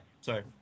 sorry